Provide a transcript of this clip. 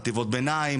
חטיבות ביניים,